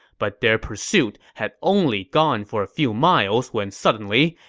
but their pursuit had only gone for a few miles when suddenly,